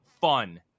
fun